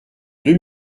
deux